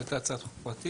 זאת הייתה הצעת חוק פרטית.